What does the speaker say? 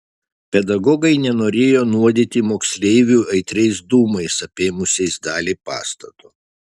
pedagogai nenorėjo nuodyti moksleivių aitriais dūmais apėmusiais dalį pastato